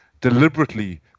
deliberately